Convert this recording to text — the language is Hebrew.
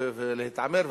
ולהתעמר,